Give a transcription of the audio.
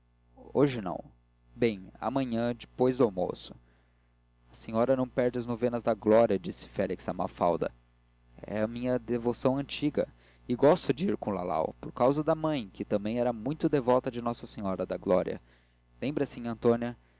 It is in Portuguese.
hoje não bem amanhã depois do almoço a senhora não perde as novenas da glória disse félix a mafalda é minha devoção antiga e gosto de ir com lalau por causa da mãe que também era muito devota de nossa senhora da glória lembra-se nhãtônia